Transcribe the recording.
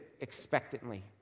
expectantly